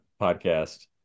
Podcast